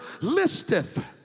listeth